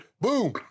boom